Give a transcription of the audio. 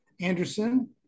Anderson